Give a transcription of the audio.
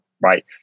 right